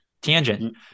Tangent